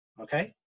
okay